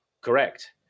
correct